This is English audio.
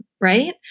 right